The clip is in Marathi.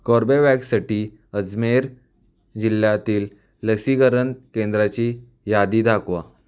कॉर्बेवॅक्ससाठी अजमेर जिल्ह्यातील लसीकरण केंद्रांची यादी दाखवा